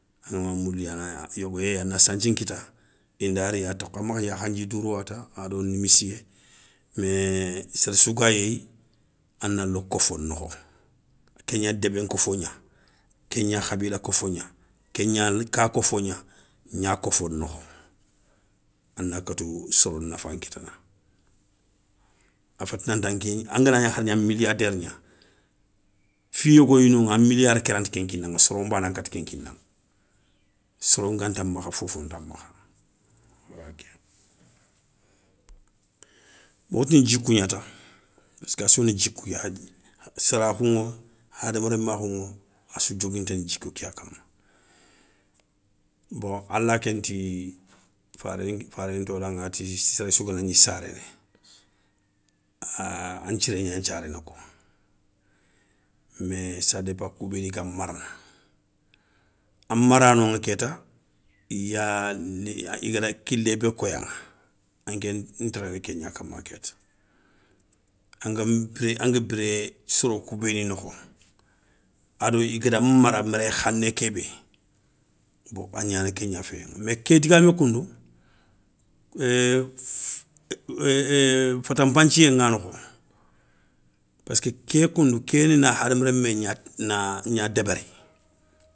Angama mouli a na yogo yéyi a na santhi nkita indari a tokha makha yakhandji douro ya ta ado nimissiyé, mé séréssou ga yéyi a na lo kofo nokho, ké gna débé nkofo gna, ké gna khabila kofo gna. Ké gna ka kofo gna gna kofo nokho, a na katou soro nafa nkitana, a féti nanta nké angana hari gna milliardaire gna, fi yogoya noŋa a milliard ké ranta ké nkinaŋa soro nbané yan nkata ké nkinaŋa. Soro nga nta makha fofo nta makha, wala ké yani, bon wo tini djikou gna ta pask assouni djikou ké ya, hadj sarakhou ŋa, hadama rémakhou ŋa assou dioguinténa djikou kéya kama. Bon ala kénti faré faréntodaŋa ati sérésou ganagni saréné, an thiré gna nthiaréné kwa, mais sa dépa kou béni ga marana a maranoŋa kéta, iya igada kilé bé koyaŋa, anké ntéréné kégna kamaŋa kéta angam anga biré soro kou béni nokho ado i gada mara méré khané ké bé, bo agnana kégna féyé mais ké digamé koundou fatanpanthiyé ŋa nokho. paski ké koundou keni na hadama rémé gna na gna débéri.